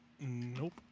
Nope